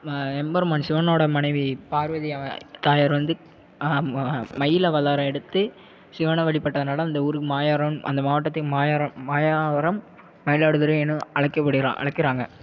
எம்பெருமான் சிவனோடய மனைவி பார்வதியை தாயார் வந்து மயிலவதாரம் எடுத்து சிவனை வழிபட்டதனால அந்த ஊருக்கு மாயாரம் அந்த மாவட்டத்துக்கு மாயாரம் மாயாவரம் மயிலாடுதுறை எனும் அழைக்கப்படுகிறாக அழைக்கிறாங்க